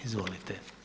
Izvolite.